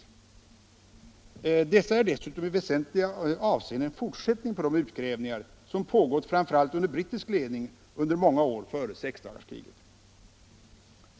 Dessa utgrävningar är dessutom i väsentliga avseenden en fortsättning på de utgrävningar som under brittisk ledning pågått under många år, framför allt före sexdagarskriget.